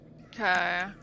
Okay